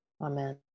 Amen